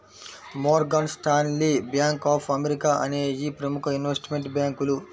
Morgan Stanley, bank of America అనేయ్యి ప్రముఖ investment బ్యేంకులు